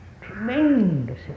Tremendous